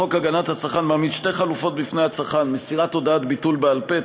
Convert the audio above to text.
חוק הגנת הצרכן מעמיד שתי חלופות בפני הצרכן: מסירת הודעת ביטול בעל-פה,